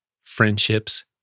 friendships